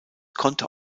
konnte